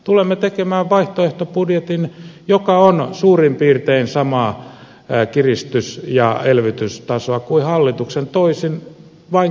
tulemme tekemään vaihtoehtobudjetin joka on suurin piirtein samaa kiristys ja elvytystasoa kuin hallituksen vain toisin kohdennettuna